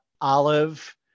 Olive